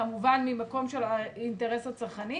כמובן מהמקום של האינטרס הצרכני,